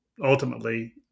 ultimately